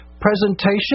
presentation